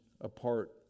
apart